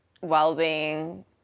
welding